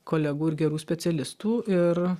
kolegų ir gerų specialistų ir